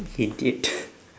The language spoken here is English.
idiot